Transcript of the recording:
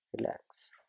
relax